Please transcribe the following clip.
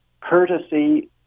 courtesy